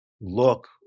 look